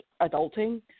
adulting